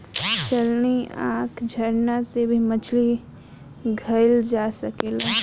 चलनी, आँखा, झरना से भी मछली धइल जा सकेला